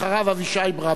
אבישי ברוורמן.